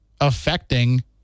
affecting